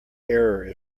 error